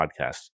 podcast